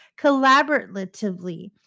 collaboratively